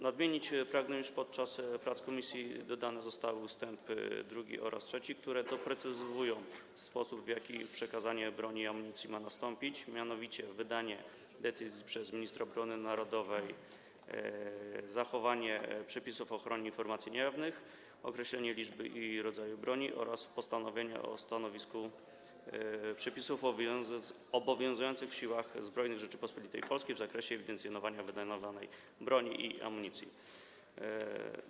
Nadmienić pragnę, iż podczas prac komisji dodane zostały ust. 2 oraz 3, które doprecyzowują sposób, w jaki przekazanie broni i amunicji ma nastąpić, mianowicie chodzi o wydanie decyzji przez ministra obrony narodowej, zachowanie przepisów o ochronie informacji niejawnych, określenie liczby i rodzaju broni oraz postanowienie o zastosowaniu przepisów obowiązujących w Siłach Zbrojnych Rzeczypospolitej Polskiej w zakresie ewidencjonowania wydawanej broni i amunicji.